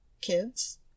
kids